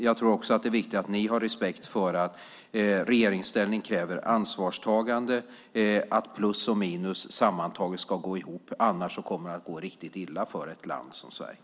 Jag tror samtidigt att det är viktigt att oppositionen har respekt för att regeringsställning kräver ansvarstagande, att plus och minus sammantaget ska gå ihop. I annat fall kommer det att gå riktigt illa för ett land som Sverige.